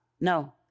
no